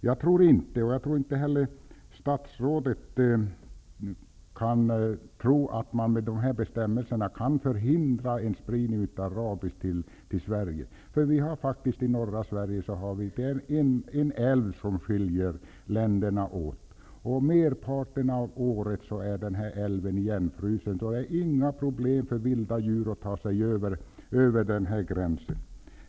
Jag tror inte att statsrådet kan tro att man med dessa bestämmelser kan förhindra en spridning av rabies till Sverige. I norr är det en älv som skiljer länderna åt. Merparten av året är den älven igenfrusen. Det finns inga problem för vilda djur att ta sig över gränsen.